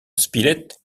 spilett